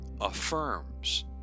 affirms